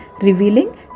revealing